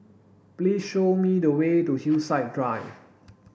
please show me the way to Hillside Drive